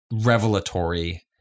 revelatory